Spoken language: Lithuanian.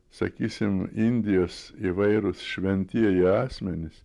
sakysim indijos įvairūs šventieji asmenys